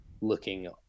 looking